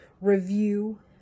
review